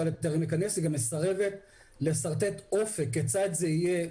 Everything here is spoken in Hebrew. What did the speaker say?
לתיירים להכנס היא גם מסרבת לשרטט אופק כיצד זה יהיה.